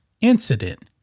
incident